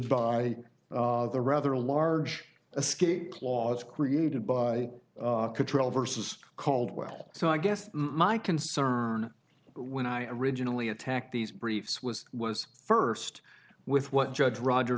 by the rather large escape clause created by control versus caldwell so i guess my concern when i originally attacked these briefs was was first with what judge roger